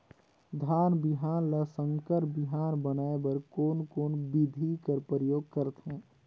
धान बिहान ल संकर बिहान बनाय बर कोन कोन बिधी कर प्रयोग करथे?